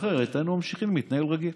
אחרת היינו ממשיכים להתנהל רגיל.